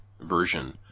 version